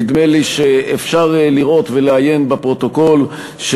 נדמה לי שאפשר לראות ולעיין בפרוטוקול של